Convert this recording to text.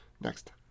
Next